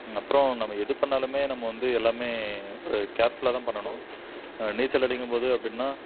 அப்புறம் நம்ம எது பண்ணிணாலுமே நம்ம வந்து எல்லாமே ஒரு கேர்ஃபுல்லாக தான் பண்ணணும் நீச்சல் அடிக்கும் போது அப்படின்னா